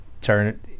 turn